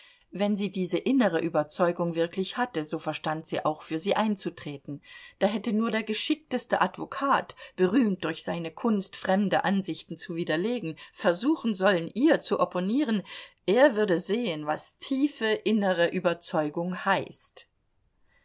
wenn sie diese innere überzeugung wirklich hatte so verstand sie auch für sie einzutreten da hätte nur der geschickteste advokat berühmt durch seine kunst fremde ansichten zu widerlegen versuchen sollen ihr zu opponieren er würde sehen was tiefe innere überzeugung heißt